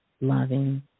loving